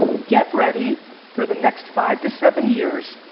get ready for the next five to seven years,